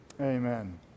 Amen